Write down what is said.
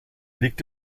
liegt